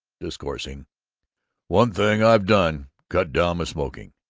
discoursing one thing i've done cut down my smoking.